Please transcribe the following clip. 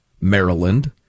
Maryland